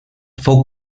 fou